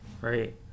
right